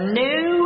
new